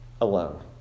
alone